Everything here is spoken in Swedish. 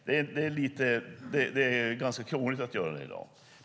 Det är ganska krångligt att göra det i dag.